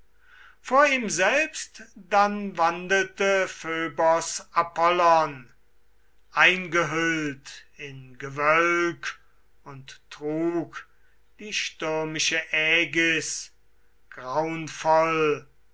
vor ihm selbst dann wandelte phöbos apollon eingehüllt in gewölk und trug die stürmische ägis